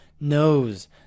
knows